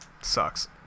sucks